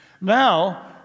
Now